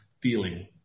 feeling